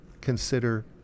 consider